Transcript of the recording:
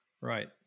Right